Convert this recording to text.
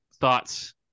thoughts